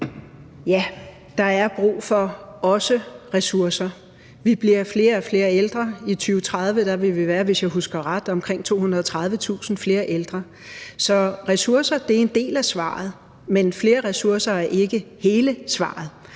Der er også brug for ressourcer. Vi bliver flere og flere ældre. I 2030 vil vi, hvis jeg husker ret, være omkring 230.000 flere ældre. Så ressourcer er en del af svaret, men flere ressourcer er ikke hele svaret.